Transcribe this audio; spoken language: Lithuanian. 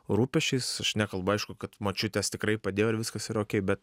rūpesčiais aš nekalbu aišku kad močiutės tikrai padėjo ir viskas yra okei bet